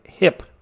Hip